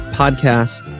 podcast